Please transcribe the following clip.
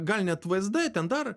gal net vzd ten dar